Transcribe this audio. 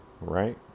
right